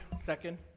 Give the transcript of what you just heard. Second